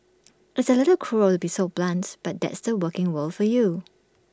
it's A little cruel to be so blunt but that's the working world for you